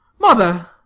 mother!